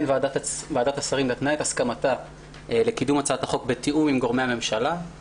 הצעת השרים נתנה את הסכמתה לקידום הצעת החוק בתיאום עם גורמי הממשלה.